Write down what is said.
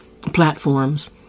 platforms